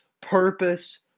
purpose